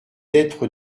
d’être